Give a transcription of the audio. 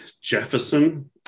jefferson